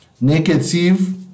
negative